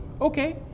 okay